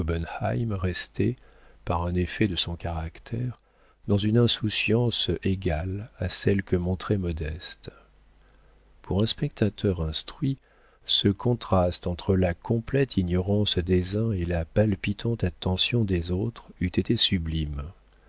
restait par un effet de son caractère dans une insouciance égale à celle que montrait modeste pour un spectateur instruit ce contraste entre la complète ignorance des uns et la palpitante attention des autres eût été sublime